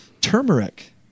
turmeric